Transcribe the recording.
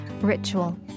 Ritual